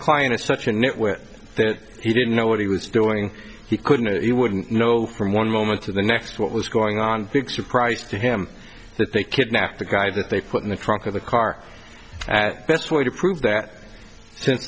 client is such a nitwit that he didn't know what he was doing he couldn't he wouldn't know from one moment to the next what was going on big surprise to him that they kidnapped the guy that they put in the trunk of the car at best way to prove that since